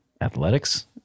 athletics